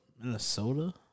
Minnesota